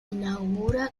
inaugura